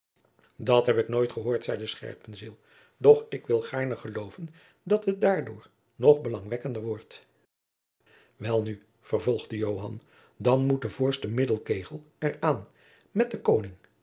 dat heb ik nooit gehoord zeide scherpenzeel doch ik wil gaarne geloven dat het daardoor nog belangwekkender wordt welnu vervolgde joan dan moet de voorste middelkegel er aan met den koning